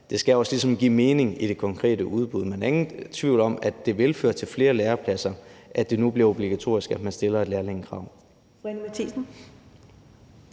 også skal give mening i det konkrete udbud, men der er ingen tvivl om, at det vil føre til flere lærepladser, at det nu bliver obligatorisk, at man stiller et lærlingekrav.